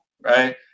right